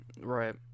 Right